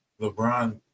LeBron